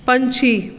ਪੰਛੀ